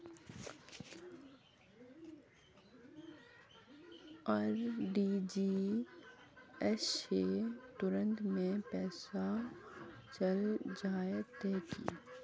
RTGS से तुरंत में पैसा चल जयते की?